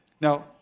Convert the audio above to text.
Now